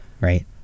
right